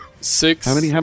six